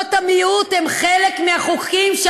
אני מבקש להפסיק את